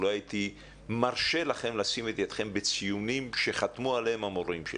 לא הייתי מרשה לכם לשים את ידיכם בציונים שחתמו עליהם המורים שלי.